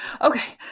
Okay